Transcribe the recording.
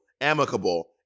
Amicable